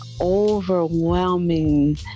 overwhelming